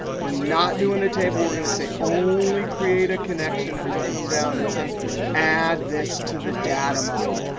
we're not doing a table. we're going to say only create a connection. and then come down and say add this to the data model.